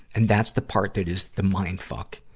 and that's the part that is the mind fuck.